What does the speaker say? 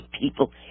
people